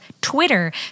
Twitter